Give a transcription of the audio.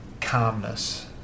calmness